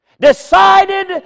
decided